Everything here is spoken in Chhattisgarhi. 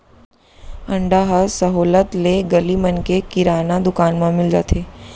अंडा ह सहोल्लत ले गली मन के किराना दुकान म मिल जाथे